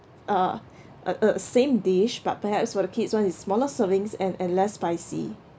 a a a same dish but perhaps for the kids' [one] is smaller servings and and less spicy